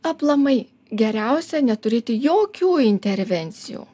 aplamai geriausia neturėti jokių intervencijų